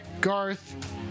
Garth